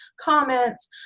comments